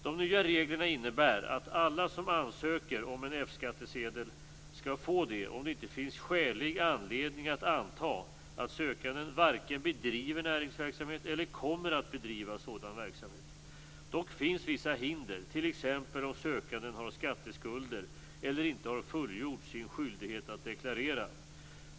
De nya reglerna innebär att alla som ansöker om en F-skattsedel skall få det om det inte finns skälig anledning att anta att sökanden varken bedriver näringsverksamhet eller kommer att bedriva sådan verksamhet. Dock finns vissa hinder, t.ex. om sökanden har skatteskulder eller inte har fullgjort sin skyldighet att deklarera.